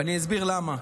ואני אסביר למה.